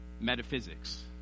metaphysics